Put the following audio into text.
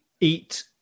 eat